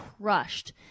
crushed